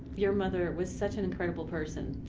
your mother was such an incredible person,